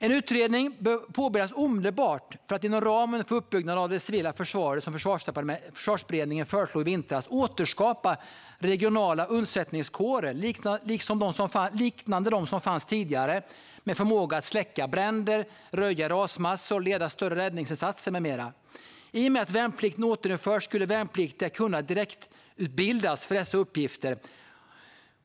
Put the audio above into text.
En utredning bör påbörjas omedelbart för att inom ramen för uppbyggnaden av det civila försvaret, som Försvarsberedningen föreslog i vintras, återskapa regionala undsättningskårer, liknande de som fanns tidigare, med förmåga att släcka bränder, röja rasmassor, leda större räddningsinsatser med mera. I och med att värnplikten återinförs skulle värnpliktiga kunna direktutbildas för dessa uppgifter.